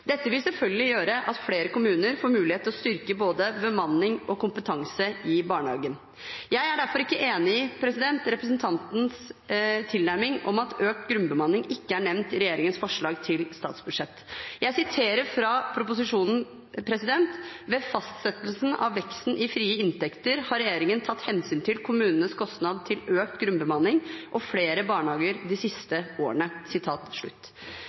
Dette vil selvfølgelig gjøre at flere kommuner får mulighet til å styrke både bemanning og kompetanse i barnehagene. Jeg er derfor ikke enig i representantens tilnærming om at økt grunnbemanning ikke er nevnt i regjeringens forslag til statsbudsjett. Jeg siterer fra proposisjonen: «Ved fastsettelsen av veksten i frie inntekter har regjeringen tatt hensyn til kommunenes kostnader til økt grunnbemanning og flere pedagoger i barnehagene de siste årene.»